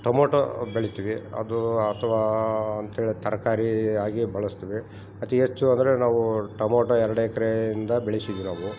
tomato ಬೆಳಿತೀವಿ ಅದು ಅಥ್ವಾ ಅಂತೇಳಿ ತರಕಾರಿ ಆಗಿ ಬಳ್ಸ್ತೀವಿ ಅತೀ ಹೆಚ್ಚು ಅಂದರೆ ನಾವು ಟೊಮೊಟೊ ಎರಡು ಎಕ್ಕರೆಯಿಂದ ಬೆಳಿಸ್ದಿವಿ ನಾವು